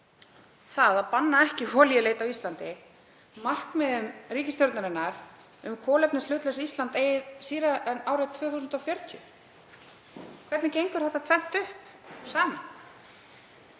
það að banna ekki olíuleit á Íslandi markmiðum ríkisstjórnarinnar um kolefnishlutlaust Ísland eigi síðar en árið 2040? Hvernig gengur þetta tvennt upp saman;